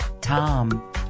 Tom